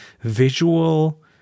visual